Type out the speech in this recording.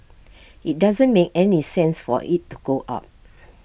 IT doesn't make any sense for IT to go up